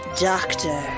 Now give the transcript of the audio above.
doctor